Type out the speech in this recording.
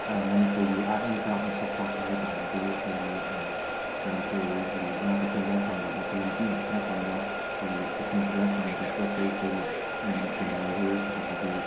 ꯃꯅꯤꯄꯨꯔꯒꯤ art and ꯀ꯭ꯔꯥꯞꯅ ꯁꯛ ꯇꯥꯛꯄ ꯍꯥꯏꯕ ꯇꯥꯔꯗꯤ ꯑꯩꯈꯣꯏꯒꯤ ꯃꯅꯤꯄꯨꯔꯒꯤ ꯏꯃꯥ ꯀꯩꯊꯦꯜꯗ ꯐꯪꯂꯤꯕ ꯑꯩꯈꯣꯏ ꯅꯨꯄꯤ ꯉꯥꯛꯇꯅ ꯐꯝꯕ ꯑꯩꯈꯣꯏꯒꯤ ꯀꯩꯊꯦꯜꯁꯤꯗ ꯐꯪꯂꯤꯕ ꯄꯣꯠ ꯆꯩ ꯑꯩꯈꯣꯏꯒꯤ ꯐꯤꯉꯥꯏꯔꯨꯛ ꯑꯗꯒꯤꯗꯤ